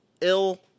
ill